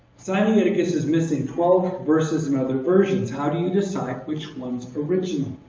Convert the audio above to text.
sinaiticus is missing twelve verses in other versions. how do you decide which one's original?